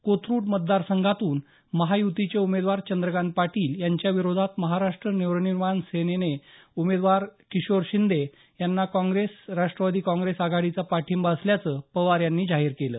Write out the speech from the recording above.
कोथरुड मतदार संघातून महायुतीचे उमेदवार चंद्रकांत पाटील यांच्याविरोधात महाराष्ट नवनिर्माण सेनेचे उमेदवार किशोर शिंदे यांना काँग्रेस राष्टवादी काँग्रेस आघाडीचा पाठिंबा असल्याचं पवार यांनी जाहीर केलं